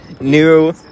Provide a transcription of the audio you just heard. new